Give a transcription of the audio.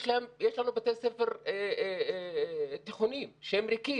יש לנו בתי ספר תיכוניים שהם ריקים.